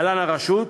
להלן: הרשות,